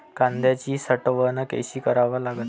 कांद्याची साठवन कसी करा लागते?